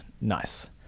Nice